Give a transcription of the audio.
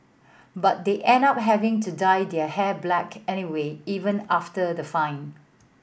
but they end up having to dye their hair black anyway even after the fine